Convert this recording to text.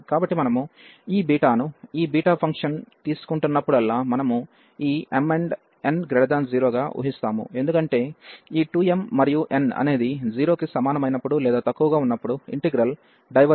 కాబట్టి మనము ఈ బీటాను ఈ బీటా ఫంక్షన్ తీసుకుంటున్నప్పుడల్లా మనము ఈ mn0గా ఊహిస్తాము ఎందుకంటే ఈ 2 m మరియు n అనేది 0 కి సమానమైనప్పుడు లేదా తక్కువగా వున్నప్పుడు ఇంటిగ్రల్ డైవర్జెన్స్ అవుతుంది